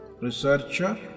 researcher